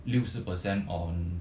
六十 percent on